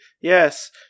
Yes